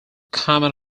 common